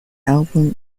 album